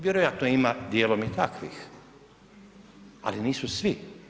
Vjerojatno ima dijelom i takvih, ali nisu svi.